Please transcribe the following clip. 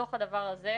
לתוך הדבר הזה,